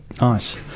nice